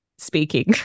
Speaking